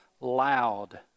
Loud